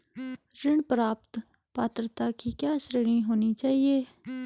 ऋण प्राप्त पात्रता की क्या श्रेणी होनी चाहिए?